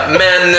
men